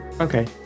Okay